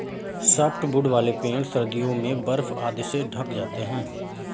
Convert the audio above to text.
softwood वाले पेड़ सर्दियों में बर्फ आदि से ढँक जाते हैं